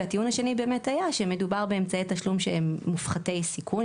הטיעון השני היה שמדובר באמצעי תשלום שהם מופחתי סיכון,